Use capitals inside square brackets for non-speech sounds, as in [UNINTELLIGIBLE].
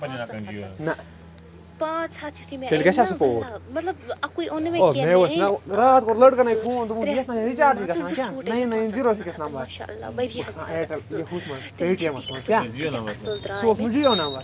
پانٛژن ہتن پانٛژھ ہتھ یُتھُے مےٚ [UNINTELLIGIBLE] مطلب اکُے اوٚن نہٕ مےٚ کیٚنٛہہ مےٚ أنۍ اکھ زٕ ترٛے سوٗٹ مان ژٕ زٕ سوٗٹ أنۍ مےٚ پتہٕ [UNINTELLIGIBLE] ماشاء اللہ واریاہ زیادٕ اصٕل تِم چھُ تیٖتۍ اصٕل [UNINTELLIGIBLE]